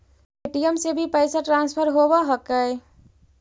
Paytm से भी पैसा ट्रांसफर होवहकै?